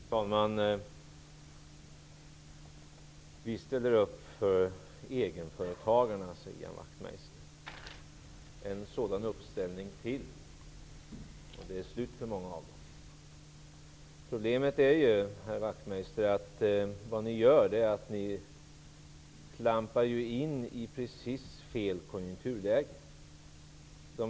Fru talman! Ian Wachtmeister säger att Ny demokrati ställer upp för egenföretagarna. En sådan ''uppställning'' till och det blir slutet för många av dem. Problemet, herr Wachtmeister, är att Ny demokrati klampar in i precis fel konjunkturläge.